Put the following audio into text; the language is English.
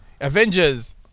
Avengers